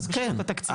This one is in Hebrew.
אז כן,